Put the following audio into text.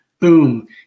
boom